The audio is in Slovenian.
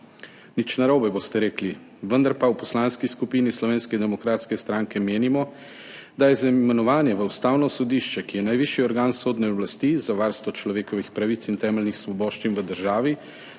Nič narobe, boste rekli, vendar pa v Poslanski skupini Slovenske demokratske stranke menimo, da je za imenovanje v Ustavno sodišče, ki je najvišji organ sodne oblasti za varstvo človekovih pravic in temeljnih svoboščin v državi